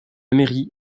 mairie